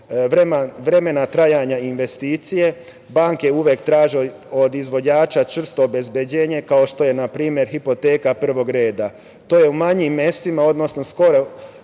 vremena trajanja investicije banke uvek traže od izvođača čvrsto obezbeđenje, kao što je na primer hipoteka prvog reda. To je u manjim mestima odnosno skoro